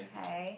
hi